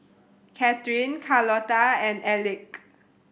Kathryn Carlota and Elick